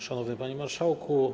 Szanowny Panie Marszałku!